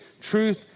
truth